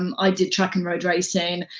um i did track and road racing.